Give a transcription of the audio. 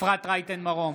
אפרת רייטן מרום,